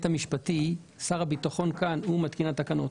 המשפטי שר הביטחון כאן הוא זה שמתקין את התקנות.